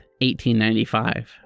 1895